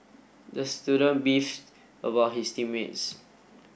the student beefed about his team mates